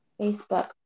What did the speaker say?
facebook